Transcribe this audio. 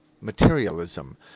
materialism